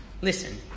Listen